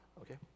okay